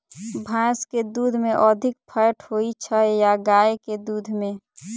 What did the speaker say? भैंस केँ दुध मे अधिक फैट होइ छैय या गाय केँ दुध में?